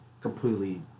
completely